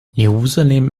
jerusalem